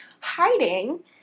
hiding